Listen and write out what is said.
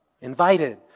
invited